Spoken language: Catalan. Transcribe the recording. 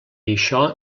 això